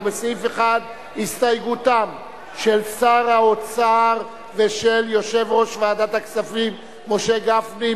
ובסעיף 1 הסתייגותם של שר האוצר ושל יושב-ראש ועדת הכספים משה גפני.